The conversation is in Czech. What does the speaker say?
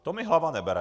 To mi hlava nebere.